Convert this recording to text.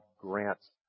grants